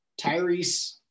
Tyrese